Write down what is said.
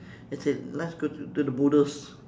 as in let's go to to the boulders